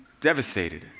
devastated